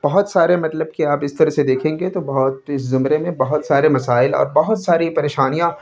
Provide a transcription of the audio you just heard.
بہت سارے مطلب کہ آپ اس طرح سے دیکھیں گے تو بہت اس زمرے میں بہت سارے مسائل اور بہت ساری پریشانیاں